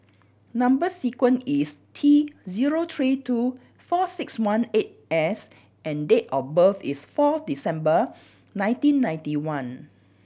number sequence is T zero three two four six one eight S and date of birth is four December nineteen ninety one